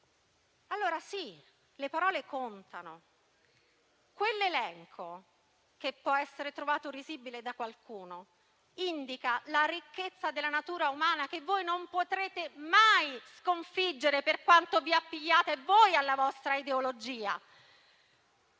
LGBT. Sì, le parole contano: quell'elenco, che può essere trovato risibile da qualcuno, indica la ricchezza della natura umana che voi non potrete mai sconfiggere per quanto vi appigliate alla vostra ideologia.